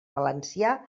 valencià